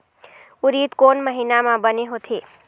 उरीद कोन महीना म बने होथे?